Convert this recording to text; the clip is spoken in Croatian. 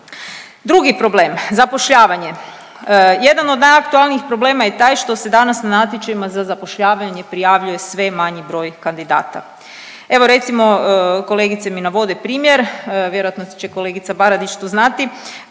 Drugi problem, zapošljavanje. Jedan od najaktualnijih problema je taj što se danas na natječajima prijavljuje sve manji broj kandidata. Evo recimo kolegice mi navode primjer, vjerojatno će kolegica Baradić to znati,